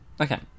Okay